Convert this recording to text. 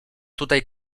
tutaj